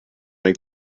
make